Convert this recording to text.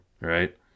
Right